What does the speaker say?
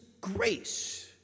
grace